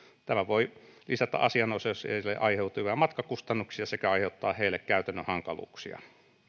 tämä voi lisätä asianosaisille aiheutuvia matkakustannuksia sekä aiheuttaa heille käytännön hankaluuksia